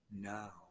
now